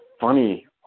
funny